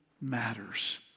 matters